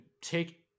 take